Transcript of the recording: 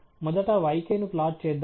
మొదట yk ను plot చేద్దాం